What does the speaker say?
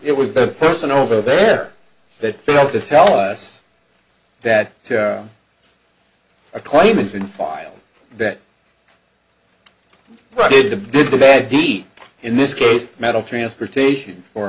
it was the person over there that failed to tell us that a claimant in file that i did did the bad deed in this case metal transportation for